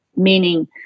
meaning